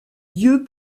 dieu